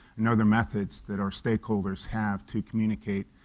and other methods that our stakeholders have to communicate,